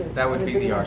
that would be the ah